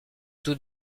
tout